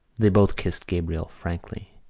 they both kissed gabriel frankly.